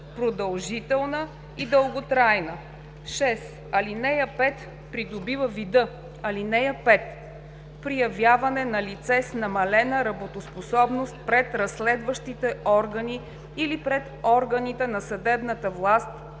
продължителна и дълготрайна.“ 6. ал. 5 придобива вида: „(5) При явяване на лице с намалена работоспособност пред разследващите органи или пред органите на съдебната власт